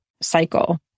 cycle